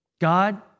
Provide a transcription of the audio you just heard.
God